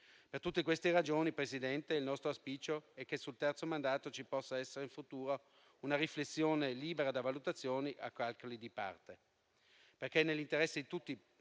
Per tutte queste ragioni, Presidente, il nostro auspicio è che sul terzo mandato ci possa essere in futuro una riflessione libera da valutazioni e calcoli di parte.